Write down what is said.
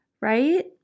right